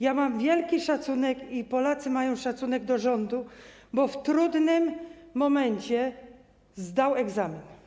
Ja mam wielki szacunek i Polacy mają szacunek do rządu, bo w trudnym momencie zdał egzamin.